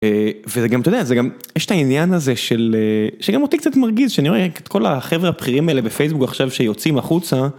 וזה גם אתה יודע זה גם יש את העניין הזה של שגם אותי קצת מרגיז שאני רואה את כל החברה בחירים האלה בפייסבוק עכשיו שיוצאים החוצה ומשוויצים מה יש להם תוך כדי שהם יודעים שזה לא אמיתי והם ממשיכים לשקר